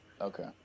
okay